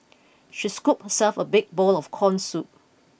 she scooped herself a big bowl of corn soup